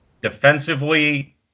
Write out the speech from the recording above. Defensively